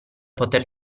poter